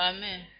Amen